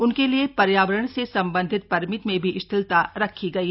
उनके लिए पर्यावरण से संबंधित परमिट में भी शिथिलता रखी गई है